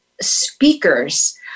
speakers